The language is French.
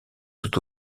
tout